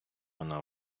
вона